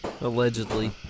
Allegedly